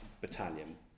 battalion